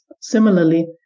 Similarly